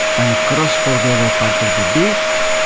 and cross for the other part of the beak,